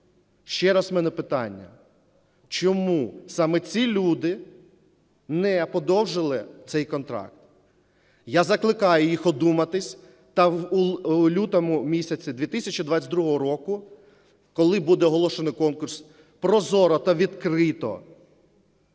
Ще раз, у мене питання. Чому саме ці люди не подовжили цей контракт? Я закликаю їх одуматися та в лютому місяці 2022 року, коли буде оголошено конкурс, прозоро та відкрито